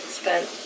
spent